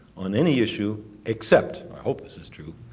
on any issue, except, i hope this is true,